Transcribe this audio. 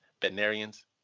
veterinarians